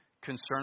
concern